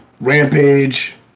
Rampage